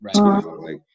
right